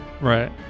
Right